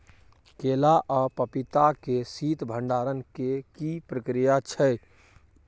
केला आ पपीता के शीत भंडारण के की प्रक्रिया छै?